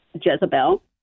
Jezebel